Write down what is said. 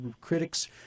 critics